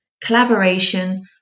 collaboration